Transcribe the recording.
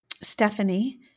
Stephanie